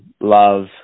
love